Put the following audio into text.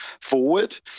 forward